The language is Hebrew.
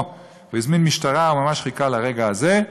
הוא הזמין משטרה, ממש חיכה לרגע הזה.